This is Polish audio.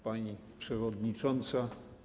Pani Przewodnicząca!